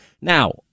now